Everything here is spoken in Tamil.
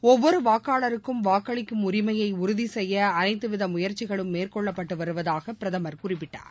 ஒவ்வொரு வாக்காளருக்கும் வாக்களிக்கும் உரிமையை உறுதிசெய்ய அனைத்துவித முயற்சிகளும் மேற்கொள்ளப்பட்டு வருவதாக பிரதம்் குறிப்பிட்டார்